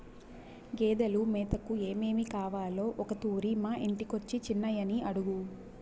గేదెలు మేతకు ఏమేమి కావాలో ఒకతూరి మా ఇంటికొచ్చి చిన్నయని అడుగు